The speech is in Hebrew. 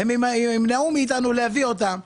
ימנעו מאיתנו להביא את אותם עוגנים,